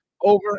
over